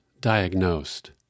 diagnosed